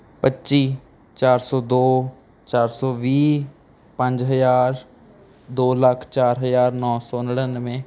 ਪੱਚੀ ਚਾਰ ਸੌ ਦੋ ਚਾਰ ਸੌ ਵੀਹ ਪੰਜ ਹਜ਼ਾਰ ਦੋ ਲੱਖ ਚਾਰ ਹਜ਼ਾਰ ਨੌ ਸੌ ਨੜਿਨਵੇਂ